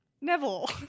Neville